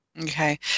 Okay